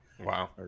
Wow